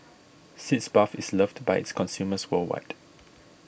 Sitz Bath is loved by its customers worldwide